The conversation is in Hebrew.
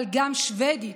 אבל גם שבדית,